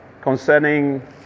concerning